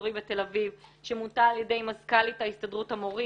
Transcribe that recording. האזורי בתל אביב שמונתה על ידי מזכ"לית הסתדרות המורים,